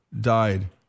died